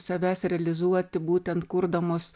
savęs realizuoti būtent kurdamos